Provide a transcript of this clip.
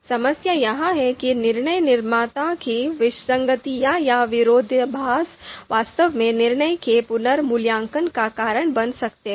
समस्या यह है कि निर्णय निर्माता की विसंगतियां या विरोधाभास वास्तव में निर्णय के पुनर्मूल्यांकन का कारण बन सकते हैं